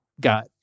got